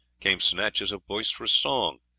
came snatches of boisterous song,